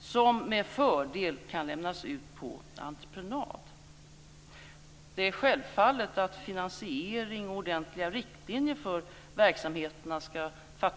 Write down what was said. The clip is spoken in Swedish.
som med fördel kan lämnas ut på entreprenad. Självfallet skall det fattas beslut i demokratisk ordning om finansiering och ordentliga riktlinjer för verksamheterna.